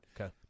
Okay